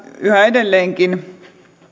yhä edelleenkin